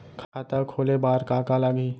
खाता खोले बार का का लागही?